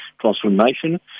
transformation